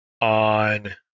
on